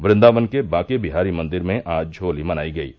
वृन्दावन के बाकेविहारी मंदिर में आज होली मनाई गयी